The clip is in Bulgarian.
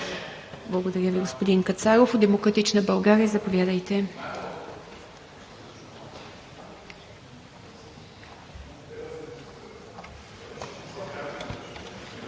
Благодаря Ви, господин Кацаров. От „Демократична България“ – заповядайте.